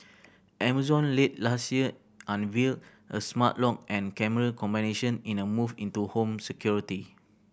Amazon late last year unveiled a smart lock and camera combination in a move into home security